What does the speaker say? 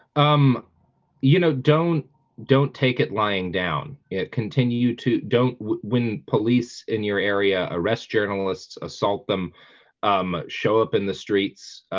um you know, don't don't take it lying down yeah continue to don't when police in your area arrest journalists assault them um show up in the streets.